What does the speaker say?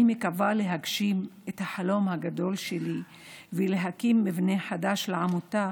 אני מקווה להגשים את החלום הגדול שלי ולהקים מבנה חדש לעמותה,